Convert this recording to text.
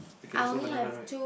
okay there's no banana right